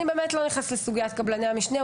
אני לא נכנסת לסוגיית קבלני המשנה,